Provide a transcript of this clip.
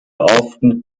often